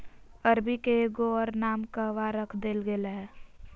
अरबी के एगो और नाम कहवा रख देल गेलय हें